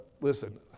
listen